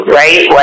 right